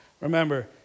Remember